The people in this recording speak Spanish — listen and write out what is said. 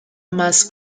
más